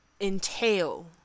entail